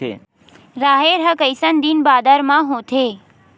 राहेर ह कइसन दिन बादर म होथे?